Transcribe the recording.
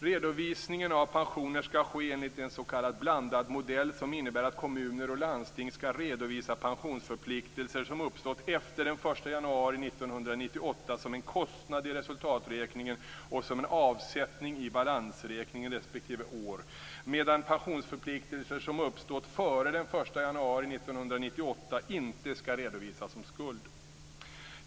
Redovisningen av pensioner skall ske enligt en s.k. blandad modell, som innebär att kommuner och landsting skall redovisa pensionsförpliktelser som uppstått efter den 1 januari 1998 som en kostnad i resultaträkningen och som en avsättning i balansräkningen respektive år, medan pensionsförpliktelser som uppstått före den 1 januari 1998 inte skall redovisas som skuld.